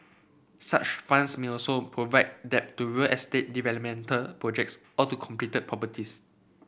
such funds may also provide debt to real estate development projects or to completed properties